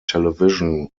television